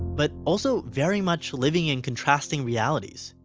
but also very much living in contrasting realities.